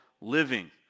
living